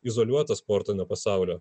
izoliuota sporto nuo pasaulio